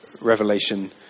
Revelation